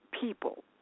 people